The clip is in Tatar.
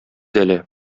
әле